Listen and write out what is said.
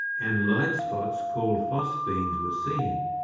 and light spots called phosphenes were seen,